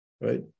right